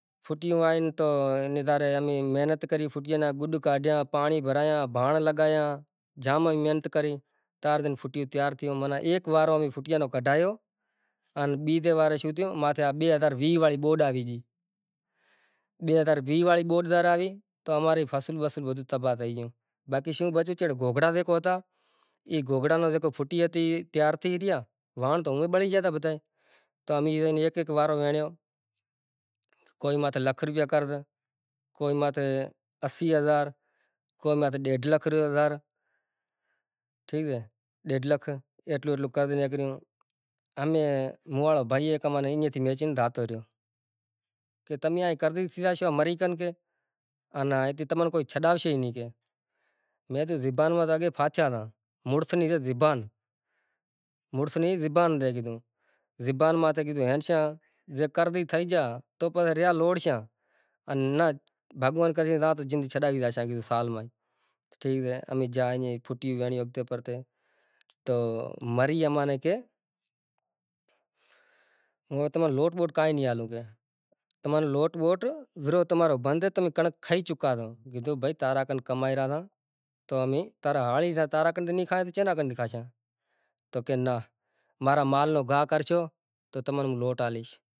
چھوٹیوں مطلب کہ ایم تو خاشا ڈینہں ہوئیں چھوٹیاں را مطلب کہ ہولی تھے گی، ہولی مطلب کوئی زماناں ماں شری کرشن بھگوان ہرناکشپ نام ری کوئی راکش ہتی ای ناں ماری مطلب اینے حساب تھیں مطلب تھاتو رہے ارہو ہولی مناوتا آئی رہاں ای چھوٹیوں مطلب چوڈانہں اگسٹ تھیو ارہو، چوڈانہں اگسٹ اونڑیہہ سو ستیتالیہہ میں آزاد تھیو تو ان پاکستان مطلب کہ انڈیا پہریں پاکستان آزاد میں آیوں پسے پاکستان آزاد میں آیوں ایئں قائداعظم مطلب اسکول میں امیں تقریبن بئے ترن ڈیہن پہریں تقریبن قائداعظم روں انتظار راکھتا مطلب جکو مطلب ای بارانہں جھنڈو تھئے گیو ائیں ریلوں وغیرا کاڈھتا موٹر سینکلاں ماہ جکو تھاتو ای کرتا، ان چوڈانہں اگسٹ